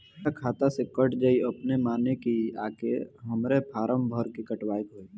हमरा खाता से कट जायी अपने माने की आके हमरा फारम भर के कटवाए के होई?